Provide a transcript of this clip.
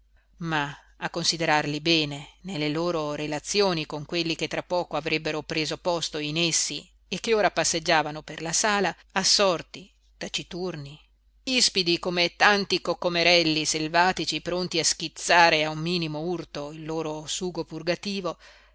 ma a considerarli bene nelle loro relazioni con quelli che tra poco avrebbero preso posto in essi e che ora passeggiavano per la sala assorti taciturni ispidi come tanti cocomerelli selvatici pronti a schizzare a un minimo urto il loro sugo